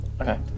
Okay